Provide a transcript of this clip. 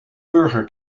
burger